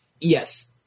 yes